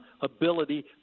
ability